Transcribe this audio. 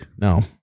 No